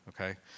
Okay